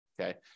Okay